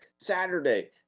saturday